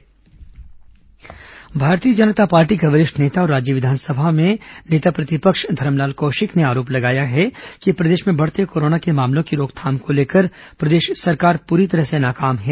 कौशिक बयान भारतीय जनता पार्टी के वरिष्ठ नेता और राज्य विधानसभा में नेता प्रतिपक्ष धरमलाल कौशिक ने आरोप लगाया है कि प्रदेश में बढ़ते कोरोना के मामलों की रोकथाम को लेकर प्रदेश सरकार पूरी तरह से नाकाम है